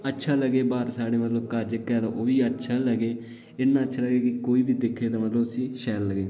अच्छा लग्गै घर साढ़ा जेह्का ओह्बी अच्छा लग्गै इन्ना अच्छा लग्गै कि कोई बी दिक्खै तां मतलब उसी शैल लग्गै